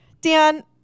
Dan